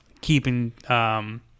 keeping